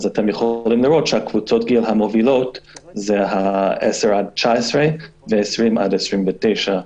הגיל המובילות זה 10 עד 19 ו-20 עד 29,